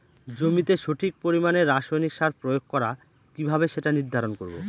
জমিতে সঠিক পরিমাণে রাসায়নিক সার প্রয়োগ করা কিভাবে সেটা নির্ধারণ করব?